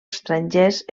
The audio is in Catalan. estrangers